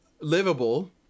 livable